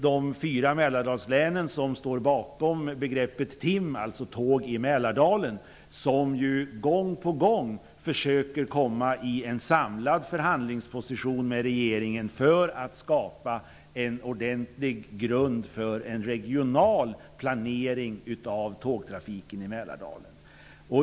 De fyra Mälardalslänen som står bakom begreppet TIM, alltså Tåg i Mälardalen, försöker gång på gång få till stånd en samlad förhandling med regeringen för att skapa en ordentlig grund för en regional planering av tågtrafiken i Mälardalen.